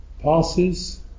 passes